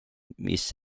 mis